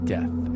Death